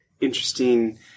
interesting